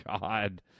God